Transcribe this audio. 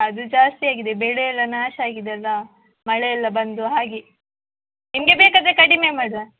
ಅದು ಜಾಸ್ತಿ ಆಗಿದೆ ಬೆಳೆ ಎಲ್ಲ ನಾಶ ಆಗಿದೆ ಅಲ್ಲ ಮಳೆಯೆಲ್ಲ ಬಂದು ಹಾಗೆ ನಿಮಗೆ ಬೇಕಾದರೆ ಕಡಿಮೆ ಮಾಡುವ